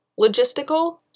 logistical